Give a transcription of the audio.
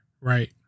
Right